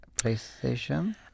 PlayStation